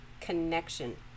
Connection